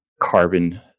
carbon